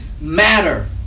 matter